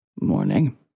Morning